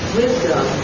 wisdom